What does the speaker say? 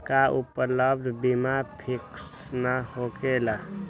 का उपलब्ध बीमा फिक्स न होकेला?